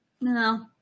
No